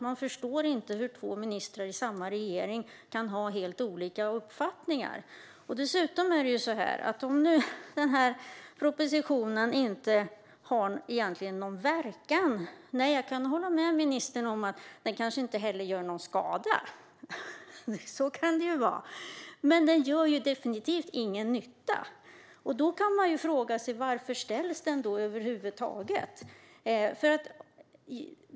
Man förstår inte hur två ministrar i samma regering kan ha helt olika uppfattningar. Den här propositionen har egentligen inte någon verkan. Jag kan hålla med ministern om att den kanske inte heller gör någon skada. Så kan det vara. Men den gör definitivt ingen nytta. Då kan man ju fråga sig varför den över huvud taget läggs fram.